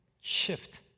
shift